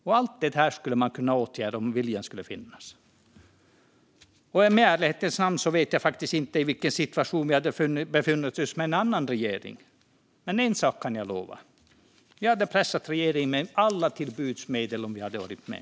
Allt detta skulle man kunna åtgärda om viljan fanns. I ärlighetens namn vet jag faktiskt inte vilken situation vi hade befunnit oss i med en annan regering, men en sak kan jag lova: Vi hade pressat regeringen med alla till buds stående medel om vi hade varit med.